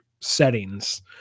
settings